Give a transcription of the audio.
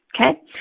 Okay